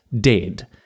dead